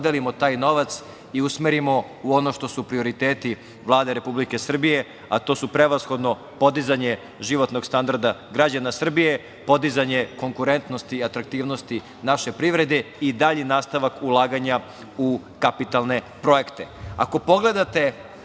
taj novac i usmerimo u ono što su prioriteti Vlade Republike Srbije, a to su prevashodno podizanje životnog standarda građana Srbije, podizanje konkurentnosti i atraktivnosti naše privrede i dalji nastavak ulaganja u kapitalne projekte. Ako pogledate,